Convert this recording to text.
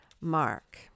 Mark